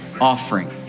offering